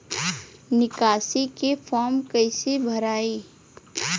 निकासी के फार्म कईसे भराई?